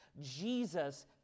Jesus